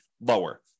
lower